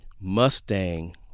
Mustang